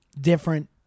different